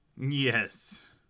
Yes